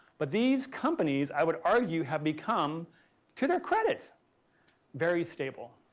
but these companies i would argue have become to their credit very stable.